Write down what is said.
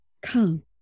Come